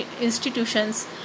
institutions